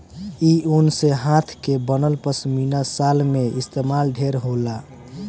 इ ऊन से हाथ के बनल पश्मीना शाल में इस्तमाल ढेर होला